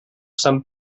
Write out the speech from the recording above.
sant